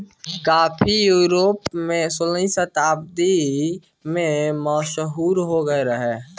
काफी यूरोप में सोलहवीं शताब्दी में मशहूर हो गईल रहे